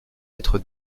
être